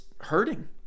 hurting